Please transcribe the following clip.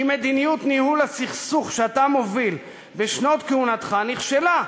כי מדיניות ניהול הסכסוך שאתה מוביל בשנות כהונתך נכשלה,